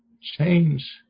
change